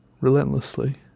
relentlessly